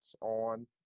on